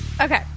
Okay